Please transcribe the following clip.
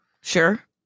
Sure